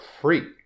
free